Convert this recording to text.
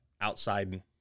outside